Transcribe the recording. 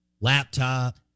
laptop